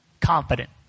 confident